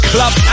Club